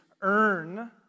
earn